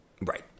right